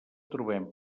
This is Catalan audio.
trobem